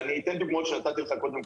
אני אתן דוגמה שנתתי לך קודם,